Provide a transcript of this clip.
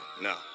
No